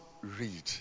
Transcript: read